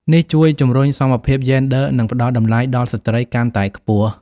នេះជួយជំរុញសមភាពយេនឌ័រ និងផ្តល់តម្លៃដល់ស្ត្រីកាន់តែខ្ពស់។